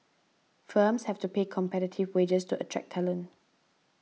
firms have to pay competitive wages to attract talent